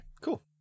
Cool